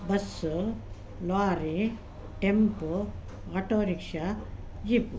bus lorry tempo auto rickshaw jeep